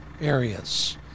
areas